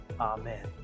Amen